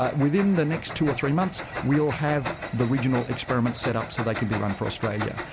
ah within the next two or three months, we'll have the regional experiments set up so they can be run for australia.